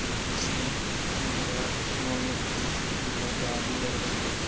mixie അങ്ങനെയുള്ള സംഭവങ്ങൾ വിൽക്കുന്ന ഷോപ്പുകൾ ഖാദിയുടെ കടകൾ